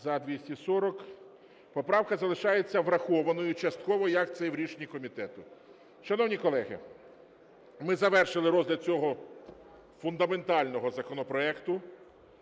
За-240 Поправка залишається врахованою частково, як це і в рішенні комітету. Шановні колеги, ми завершили розгляд цього фундаментального законопроекту.